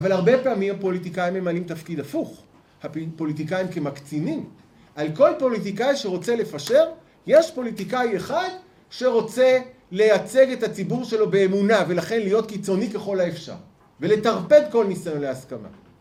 אבל הרבה פעמים הפוליטיקאים הם מעלים תפקיד הפוך, הפוליטיקאים כמקצינים. על כל פוליטיקאי שרוצה לפשר, יש פוליטיקאי אחד שרוצה לייצג את הציבור שלו באמונה, ולכן להיות קיצוני ככל האפשר, ולתרפד כל ניסיון להסכמה.